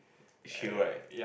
chill right